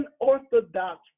unorthodox